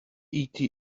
eta